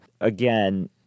Again